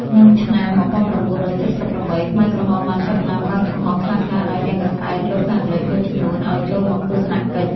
ក្នុងឆ្នាំ១៩៧៨ ខ្មែរក្រហមបានចាប់ផ្ដើមបើកចំហរខ្លះៗដល់អ្នកកាសែតលោកខាងលិចមួយចំនួនឱ្យចូលមកទស្សនកិច្ច។